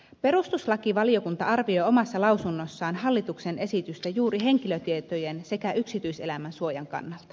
perustuslakivaliokunta arvioi omassa lausunnossaan hallituksen esitystä juuri henkilötietojen sekä yksityiselämän suojan kannalta